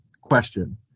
question